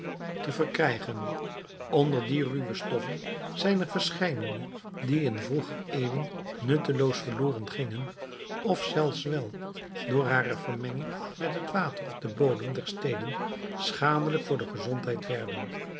te verkrijgen onder die ruwe stoffen zijn er verscheidene die in vroeger eeuwen nutteloos verloren gingen of zelfs wel door hare vermenging met het water of den bodem der steden schadelijk voor de gezondheid werden